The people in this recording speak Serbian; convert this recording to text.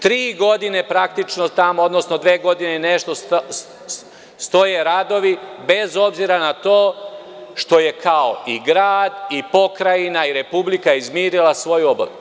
Tri godine praktično tamo, odnosno dve godine i nešto, stoje radovi, bez obzira na to što je, kao i grad, i Pokrajina i Republika izmirila svoju obavezu.